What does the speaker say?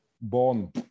born